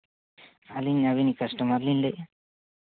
ᱟᱹᱞᱤᱧ ᱟᱹᱵᱤᱱᱤᱡ ᱠᱟᱥᱴᱚᱢᱟᱨ ᱞᱤᱧ ᱞᱟᱹᱭᱮᱜᱼᱟ